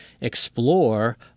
explore